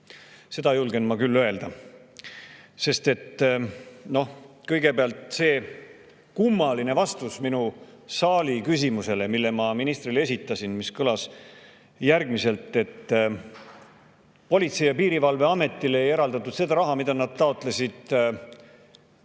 Seda julgen ma küll öelda. Kõigepealt see kummaline vastus minu saaliküsimusele, mille ma ministrile esitasin, kõlas järgmiselt: Politsei- ja Piirivalveametile ei eraldatud seda raha, mida nad taotlesid